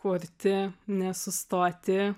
kurti nesustoti